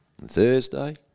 Thursday